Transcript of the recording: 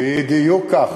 בדיוק כך.